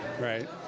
right